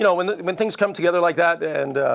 you know when when things come together like that and